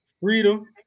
freedom